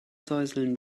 säuseln